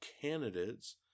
candidates